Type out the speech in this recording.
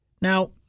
Now